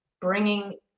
bringing